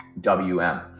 WM